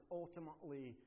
ultimately